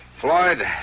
Floyd